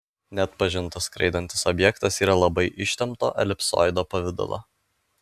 neatpažintas skraidantis objektas yra labai ištempto elipsoido pavidalo